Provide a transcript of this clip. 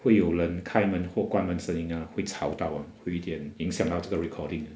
会有人开门或关门声音 ah 会吵到 ah 会一点影响到这个 recording